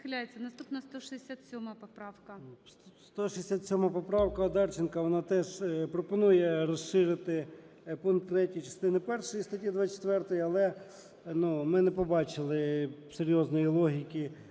Наступна 167-а поправка.